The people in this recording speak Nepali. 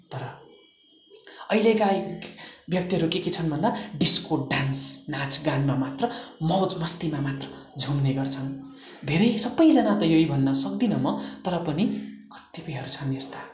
तर अहिलेका यी व्यक्तिहरू के के छन् भन्दा डिस्को डान्स नाँचगानमा मात्र मौज मस्तीमा मात्र झुम्ने गर्छन् धेरै सबैजना त यही भन्न सक्दिनँ म तर पनि कतिपयहरू छन् यस्ता